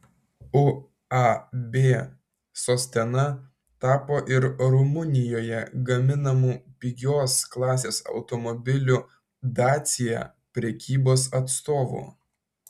uab sostena tapo ir rumunijoje gaminamų pigios klasės automobilių dacia prekybos atstovu